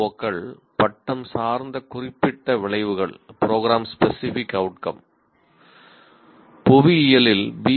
ஓக்கள் பட்டம் சார்ந்த குறிப்பிட்ட விளைவுகள் புவியியலில் பி